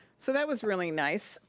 so that was really nice,